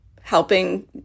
helping